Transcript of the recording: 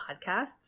Podcasts